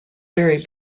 very